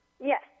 Yes